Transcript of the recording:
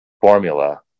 formula